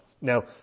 Now